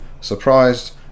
surprised